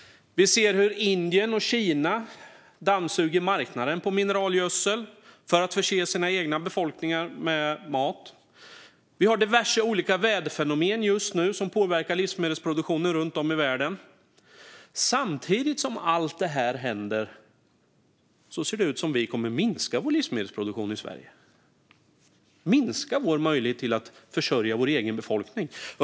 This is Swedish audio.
Vi ser hur Indien och Kina dammsuger marknaden på mineralgödsel för att förse sina egna befolkningar med mat. Vi har också diverse olika väderfenomen just nu som påverkar livsmedelsproduktionen runt om i världen. Samtidigt som allt detta händer ser det ut som att vi kommer att minska vår livsmedelsproduktion i Sverige och minska vår möjlighet att försörja vår egen befolkning.